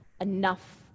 enough